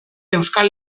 euskal